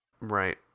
right